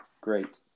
Great